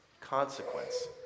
consequence